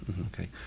Okay